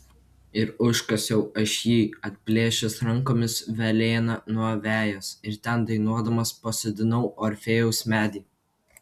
ir užkasiau aš jį atplėšęs rankomis velėną nuo vejos ir ten dainuodamas pasodinau orfėjaus medį